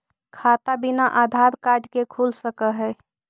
खाता बिना आधार कार्ड के खुल सक है?